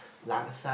laksa